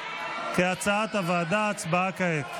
הצבעה כעת.